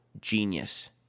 genius